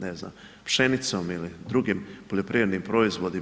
ne znam pšenicom ili drugim poljoprivrednim proizvodima.